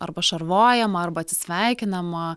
ar pašarvojama arba atsisveikinama